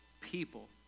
people